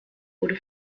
wurde